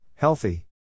Healthy